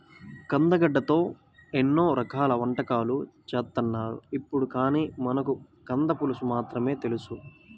కందగడ్డతో ఎన్నో రకాల వంటకాలు చేత్తన్నారు ఇప్పుడు, కానీ మనకు కంద పులుసు మాత్రమే తెలుసు